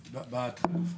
אני בעד חלופות,